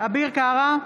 אביר קארה,